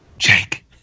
Jake